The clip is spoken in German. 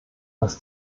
was